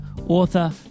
author